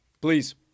Please